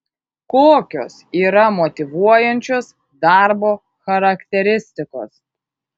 kokios yra motyvuojančios darbo charakteristikos